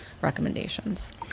recommendations